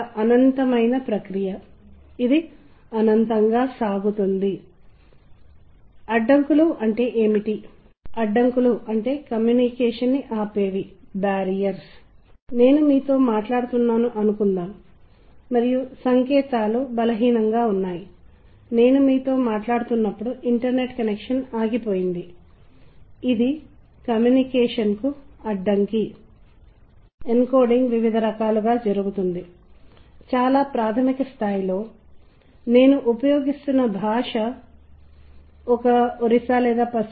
మనం దీనికి సంబంధించిన రెండు ప్రదర్శనలను మాత్రమే చూస్తాము మరియు మనం ఉచ్చ స్థాయి ఉచ్చ స్థాయి రాగాలు ఉచ్చ స్థాయిలలో భావావేశం ఆనందము మందర స్థాయి తీగలలో విచారం బిగ్గరగా మరియు తీవ్రతలో శ్రావ్యత గురించి మాట్లాడాము అక్కడ ఏదో ఒకదానిని పూర్తి చేయడం ఏకకాలంలో శ్రావ్యత రెండు విషయాలు జరుగుతున్నది లయ వాయిద్య నమూనా యొక్క క్రమబద్ధత జరుగుతున్నది